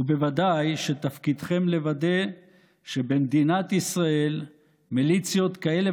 ובוודאי שתפקידכם לוודא שבמדינת ישראל מליציות כאלה